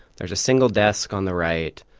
there's a single desk on the right.